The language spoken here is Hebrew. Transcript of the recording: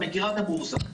את מכירה את הבורסה.